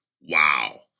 Wow